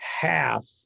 half